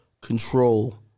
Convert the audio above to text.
control